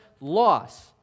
loss